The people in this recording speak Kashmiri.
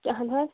اہن حظ